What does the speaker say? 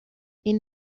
این